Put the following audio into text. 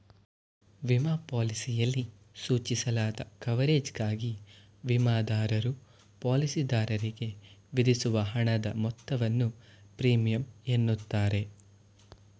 ವಿಮಾ ಪಾಲಿಸಿಯಲ್ಲಿ ಸೂಚಿಸಲಾದ ಕವರೇಜ್ಗಾಗಿ ವಿಮಾದಾರರು ಪಾಲಿಸಿದಾರರಿಗೆ ವಿಧಿಸುವ ಹಣದ ಮೊತ್ತವನ್ನು ಪ್ರೀಮಿಯಂ ಎನ್ನುತ್ತಾರೆ